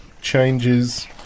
changes